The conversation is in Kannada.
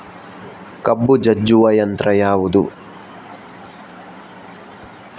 ಕಬ್ಬು ಜಜ್ಜುವ ಯಂತ್ರ ಯಾವುದು?